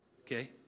okay